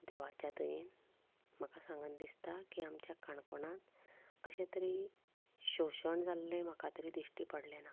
देवाच्या दयेन म्हाका सांगन दिसता की आमच्या काणकोणांत अश्या तरेन शोशण जाल्ले म्हाका तरी दिश्टी पडलें ना